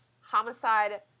Homicide